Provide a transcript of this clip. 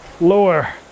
lower